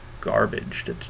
garbage